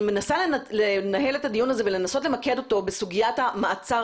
מנסה לנהל את הדיון הזה ומנסה למקד אותו בסוגיית המעצר